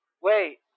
Wait